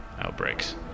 outbreaks